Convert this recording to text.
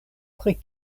pri